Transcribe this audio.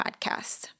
podcast